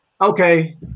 okay